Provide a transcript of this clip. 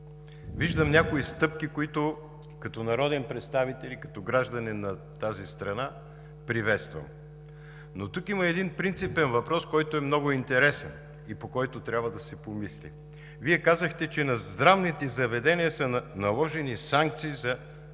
Виждам някои стъпки, които като народен представител и като гражданин на тази страна приветствам. Но тук има един принципен въпрос, който е много интересен и по който трябва да се помисли. Вие казахте, че на здравните заведения са наложени санкции за неправомерно